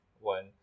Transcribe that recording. one